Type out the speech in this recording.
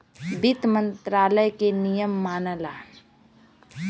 वित्त मंत्रालय के नियम मनला